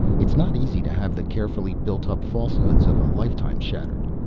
it is not easy to have the carefully built-up falsehoods of a lifetime shattered.